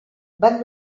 van